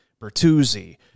Bertuzzi